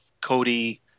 Cody